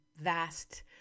vast